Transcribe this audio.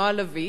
נועה לביא,